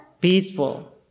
peaceful